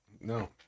no